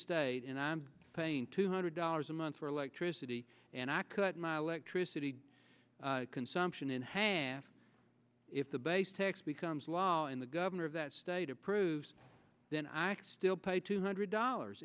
state and i'm paying two hundred dollars a month for electricity and i cut my electricity consumption in half if the basics becomes law and the governor of that state approves then i still pay two hundred dollars